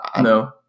No